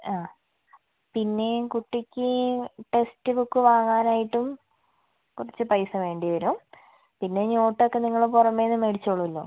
പിന്നെ കുട്ടിക്ക് ടെക്സ്റ്റ്ബുക്ക് വാങ്ങാനായിട്ടും കുറച്ച് പൈസ വേണ്ടിവരും പിന്നെ നോട്ട് ഒക്കെ നിങ്ങൾ പുറമേനിന്ന് മേടിച്ചോളുമല്ലോ